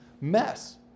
mess